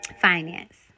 Finance